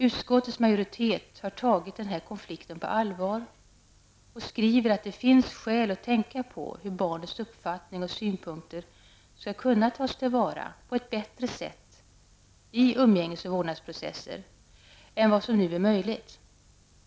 Utskottets majoritet har tagit den här konflikten på allvar och skriver att det finns skäl att tänka på hur barnets uppfattning och synpunkter skall kunna tas till vara på ett bättre sätt i umgänges och vårdnadsprocesser än vad som nu är möjligt.